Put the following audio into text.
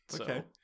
Okay